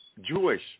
Jewish